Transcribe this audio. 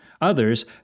Others